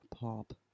Pop